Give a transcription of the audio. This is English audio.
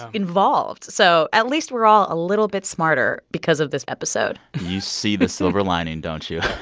involved. so at least we're all a little bit smarter because of this episode you see the silver lining, don't you?